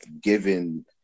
given